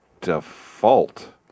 default